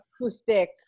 acoustic